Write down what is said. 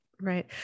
Right